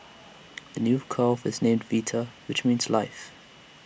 the new calf is named Vita which means life